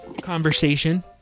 conversation